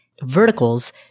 verticals